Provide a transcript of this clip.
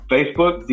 Facebook